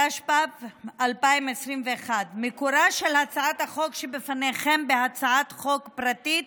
התשפ"ב 2021. מקורה של הצעת החוק שבפניכם בהצעת חוק פרטית